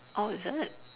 orh is it